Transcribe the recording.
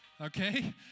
okay